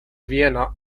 vienna